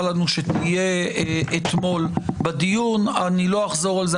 לנו שתהיה אתמול בדיון אני לא אחזור על זה,